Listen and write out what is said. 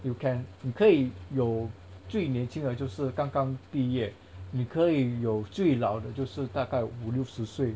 you can 你可以有最年轻的就是刚刚毕业你可以有最老的就是大概五六十岁